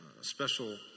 special